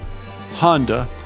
Honda